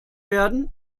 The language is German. werden